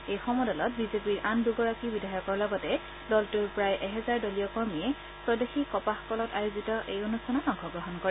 এই সমদলত বিজেপিৰ আন দুগৰাকী বিধায়কৰ লগতে দলটোৰ প্ৰায় এহেজাৰ দলীয় কৰ্মীয়ে স্বদেশী কপাহ কলত আয়োজিত এই অনুষ্ঠানত অংশগ্ৰহণ কৰে